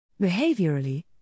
Behaviorally